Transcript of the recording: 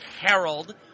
Harold